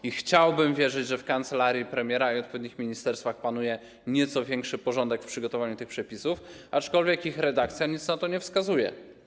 I chciałbym wierzyć, że w kancelarii premiera i w odpowiednich ministerstwach panuje nieco większy porządek w przygotowywaniu tych przepisów, aczkolwiek ich redakcja na to nie wskazuje.